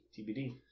tbd